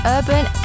Urban